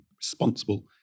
responsible